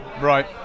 Right